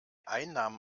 einnahmen